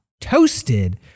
toasted